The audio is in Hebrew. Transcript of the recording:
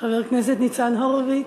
חבר הכנסת ניצן הורוביץ.